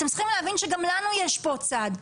אתם צריכים להבין שגם לנו יש פה צד.